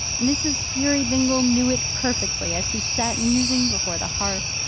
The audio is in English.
mrs. peerybingle knew it perfectly, as she sat musing before the hearth.